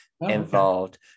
involved